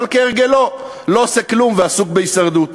אבל כהרגלו לא עושה כלום ועסוק בהישרדות.